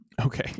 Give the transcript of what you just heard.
Okay